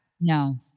No